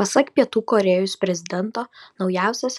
pasak pietų korėjos prezidento naujausias